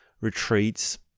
retreats